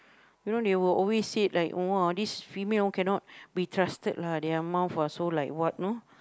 you know they will always said like !wah! this female cannot be trusted lah their mouth are so like what you know